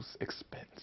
expense